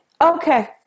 okay